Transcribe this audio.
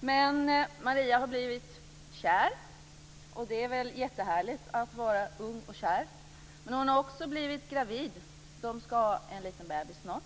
Men Maria har blivit kär, och det är väl jättehärligt att vara ung och kär. Men hon har också blivit gravid och ska ha en bebis snart.